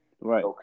Right